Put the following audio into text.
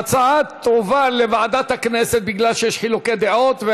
ההצעה תובא לוועדת הכנסת מכיוון שיש חילוקי דעות.